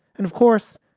and of course,